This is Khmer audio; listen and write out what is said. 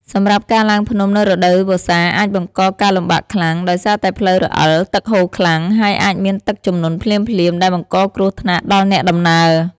សម្រាប់ការឡើងភ្នំនៅរដូវវស្សាអាចបង្កការលំបាកខ្លាំង ដោយសារតែផ្លូវរអិល ទឹកហូរខ្លាំង ហើយអាចមានទឹកជំនន់ភ្លាមៗ ដែលបង្កគ្រោះថ្នាក់ដល់អ្នកដំណើរ។